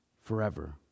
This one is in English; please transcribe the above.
forever